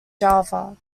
java